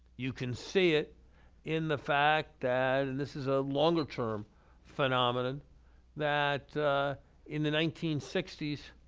you can see it in the fact that and this is a longer-term phenomenon that in the nineteen sixty s,